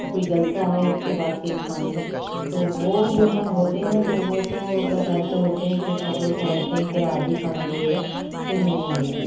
کوئی جلسہ ہے اس کے بعد کے کھانے تو وہ جو ہے ہوتے ہیں تو وہ تو بس ایسے ہوتے ہیں کہ سب لوگ سمجھتے ہیں کہ آج ہی کھانا ملے گا پھر نہیں ملے گا